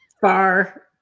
far